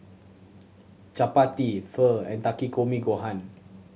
Chapati Pho and Takikomi Gohan